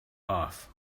off